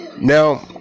Now